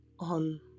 on